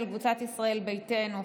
של קבוצת סיעת ישראל ביתנו,